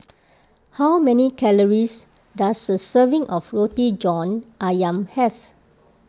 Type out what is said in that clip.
how many calories does a serving of Roti John Ayam have